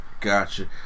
Gotcha